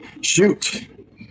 shoot